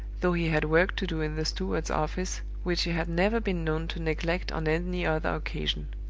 though he had work to do in the steward's office, which he had never been known to neglect on any other occasion.